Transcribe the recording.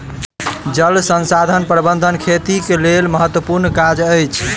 जल संसाधन प्रबंधन खेतीक लेल महत्त्वपूर्ण काज अछि